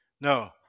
No